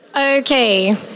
Okay